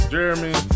Jeremy